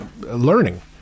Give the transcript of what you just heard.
learning